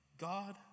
God